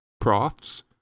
profs